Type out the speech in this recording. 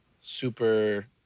super